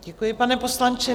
Děkuji, pane poslanče.